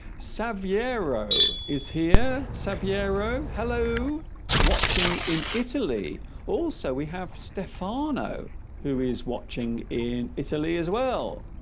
savvy arrow is here savvy arrow hello watching in italy also we have stefano who is watching in italy as well